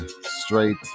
straight